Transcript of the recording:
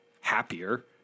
happier